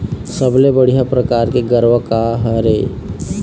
सबले बढ़िया परकार के गरवा का हर ये?